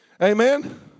Amen